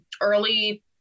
early